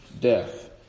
death